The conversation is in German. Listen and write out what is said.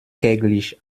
kärglich